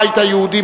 הבית היהודי,